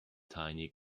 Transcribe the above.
tiny